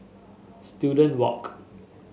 Student Walk